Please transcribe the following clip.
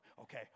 Okay